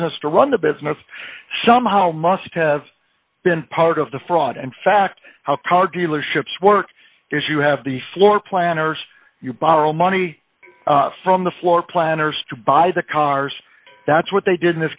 business to run the business somehow must have been part of the fraud in fact how car dealerships work if you have the floor plan or you borrow money from the floor planners to buy the cars that's what they did in